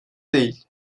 değil